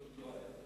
שם כזה עוד לא היה.